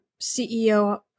CEO